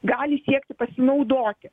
gali siekti pasinaudoti